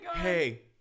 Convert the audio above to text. hey